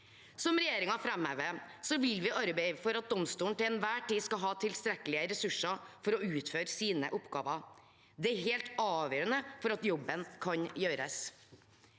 Som regjeringen framhever, vil vi arbeide for at domstolen til enhver tid skal ha tilstrekkelige ressurser for å utføre sine oppgaver. Det er helt avgjørende for at jobben kan gjøres.